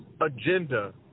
agenda